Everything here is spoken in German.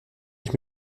ich